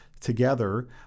together